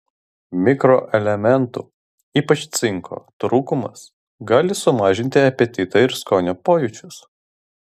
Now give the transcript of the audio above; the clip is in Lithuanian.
mikroelementų ypač cinko trūkumas gali sumažinti apetitą ir skonio pojūčius